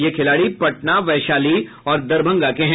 ये खिलाड़ी पटना वैशाली और दरभंगा के हैं